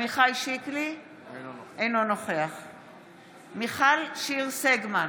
אינו נוכח מיכל שיר סגמן,